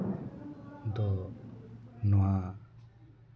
ᱫᱚ ᱱᱚᱣᱟ